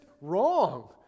wrong